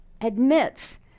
admits